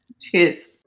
Cheers